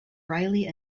reilly